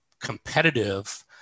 competitive